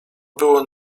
było